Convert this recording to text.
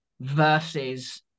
versus